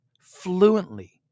fluently